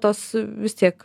tos vis tiek